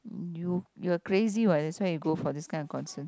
new you're crazy what that's why you go for this kind of concerts